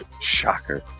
Shocker